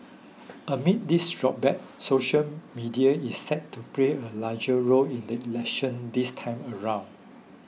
amid this backdrop social media is set to play a larger role in the election this time around